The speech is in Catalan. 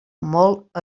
molt